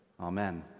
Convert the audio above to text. Amen